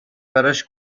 براش